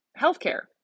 healthcare